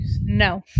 No